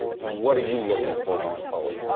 what are you looking for going forward?